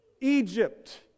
Egypt